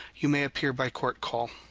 you may appear by court call.